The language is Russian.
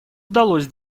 удалось